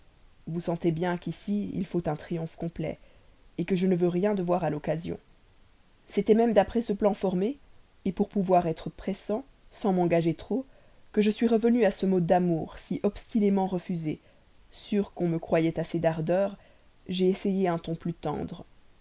vous sentez bien qu'ici il faut un triomphe complet que je ne veux rien devoir à l'occasion c'était même d'après ce plan formé pour pouvoir être pressant sans m'engager trop que je suis revenu à ce mot d'amour si obstinément refusé sûr qu'on me croyait assez d'ardeur j'ai essayé un ton plus tendre